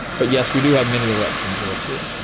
but yes, we do have many eruptions there too.